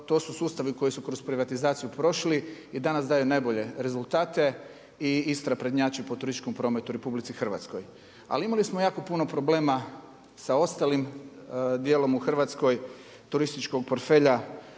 to su sustavi koji su kroz privatizaciju prošli, a i danas daju nabolje rezultate i Istra prednjači po turističkom prometu u RH: ali imali smo jako puno problema sa ostalim djelom u Hrvatskoj turističkog portfelja,